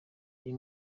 uyu